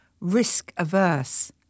risk-averse